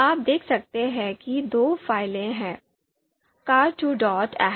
अब आप देख सकते हैं कि दो फाइलें हैं car2ahp और carahp